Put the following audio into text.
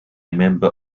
member